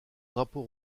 drapeau